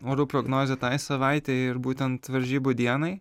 orų prognozę tai savaitei ir būtent varžybų dienai